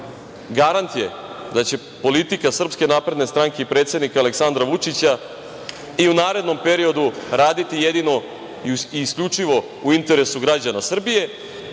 garant je da će politika SNS i predsednika Aleksandra Vučića i u narednom periodu raditi jedino i isključivo u interesu građana Srbije